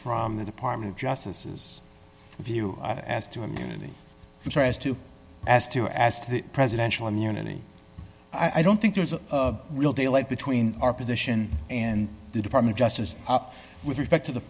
from the department of justice has a view as to immunity and so as to as to as to the presidential immunity i don't think there's a real daylight between our position and the department just as up with respect to the